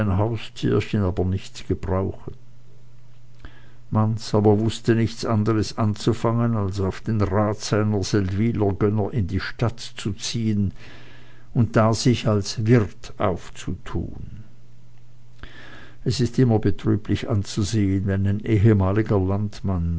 aber nichts gebrauchen manz aber wußte nichts anderes anzufangen als auf den rat seiner seldwyler gönner in die stadt zu ziehen und da sich als wirt aufzutun es ist immer betrüblich anzusehen wenn ein ehemaliger landmann